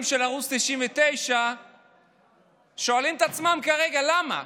של ערוץ 99 שואלים את עצמם כרגע: למה?